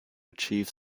achieve